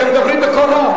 אתן מדברות בקול רם.